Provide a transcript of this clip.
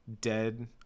dead